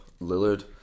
Lillard